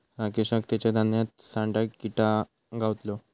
राकेशका तेच्या धान्यात सांडा किटा गावलो